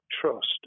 trust